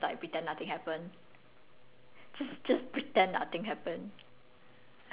cause I think she could see it in my face and then I was just like oh sorry then I just like pretend nothing happen